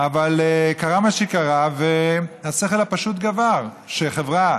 אבל קרה מה שקרה והשכל הפשוט גבר, חברה